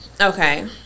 Okay